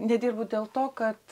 nedirbu dėl to kad